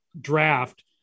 draft